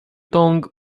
tongue